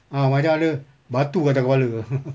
ah macam ada batu atas kepala uh